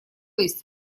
есть